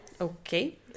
Okay